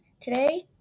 Today